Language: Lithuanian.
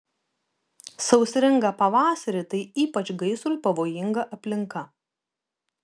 sausringą pavasarį tai ypač gaisrui pavojinga aplinka